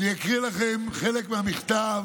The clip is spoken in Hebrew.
אני אקריא לכם חלק מהמכתב